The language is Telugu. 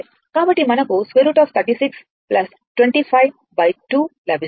కాబట్టి మనకు √ 36 252 లభిస్తుంది